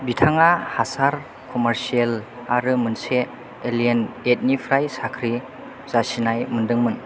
बिथाङा हासार कमारसियेल आरो मोनसे एलियेन एदनिफ्राय साख्रि जासिनाय मोनदोंमोन